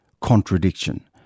contradiction